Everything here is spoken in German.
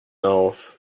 auf